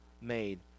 made